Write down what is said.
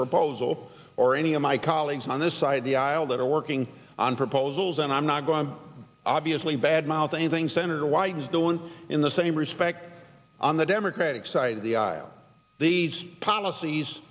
proposal or any of my colleagues on this side of the aisle that are working on proposals and i'm not going to obviously bad mouth anything senator wyden is doing in the same respect on the democratic side of the aisle these policies